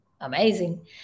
amazing